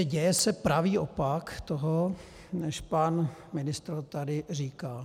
Děje se pravý opak toho, než pan ministr tady říkal.